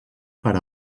per